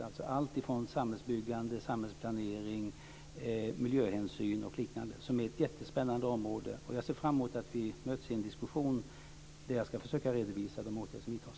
Det gäller allt från samhällsbyggande och samhällsplanering till miljöhänsyn och liknande. Det är ett jättespännande område. Jag ser fram emot att vi möts i en diskussion där jag ska försöka redovisa de åtgärder som vidtas.